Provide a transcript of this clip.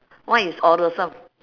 what is awesome